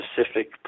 specific